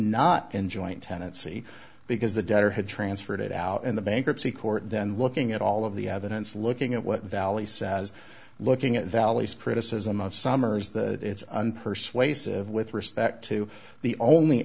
not in joint tenancy because the debtor had transferred it out in the bankruptcy court then looking at all of the evidence looking at what valley says looking at valleys criticism of summers that it's unpersuasive with respect to the only